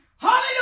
Hallelujah